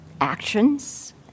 actions